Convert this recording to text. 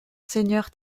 seigneur